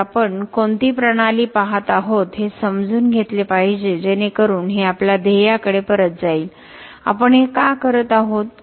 तर आपण कोणती प्रणाली पाहत आहोत हे समजून घेतले पाहिजे जेणेकरून हे आपल्या ध्येयाकडे परत जाईल आपण हे का करत आहोत